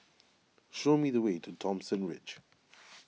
show me the way to Thomson Ridge